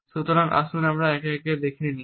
সুতরাং আসুন একে একে আমরা এগুলি দেখেনি